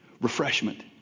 refreshment